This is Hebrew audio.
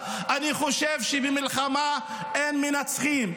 אני חושב שבמלחמה אין מנצחים,